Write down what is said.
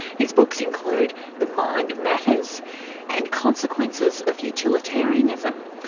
his books include the mind matters and consequences of utilitarianism.